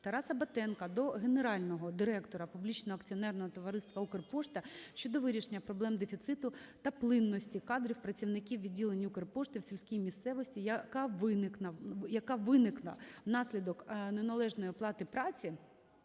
акціонерного товариства "Укрпошта" щодо вирішення проблеми дефіциту та плинності кадрів працівників відділень "Укрпошти" в сільській місцевості, яка виникла внаслідок неналежної оплати праці